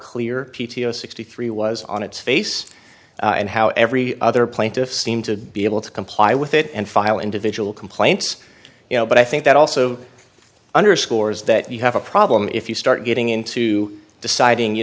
clear p t o sixty three was on its face and how every other plaintiff seemed to be able to comply with it and file individual complaints you know but i think that also underscores that you have a problem if you start getting into deciding you